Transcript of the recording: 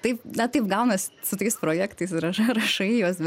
taip na taip gaunas su tais projektais ra rašai juos bet